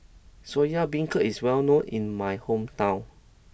Soya Beancurd is well known in my hometown